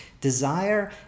Desire